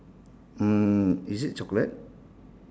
mm is it chocolate